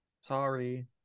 Sorry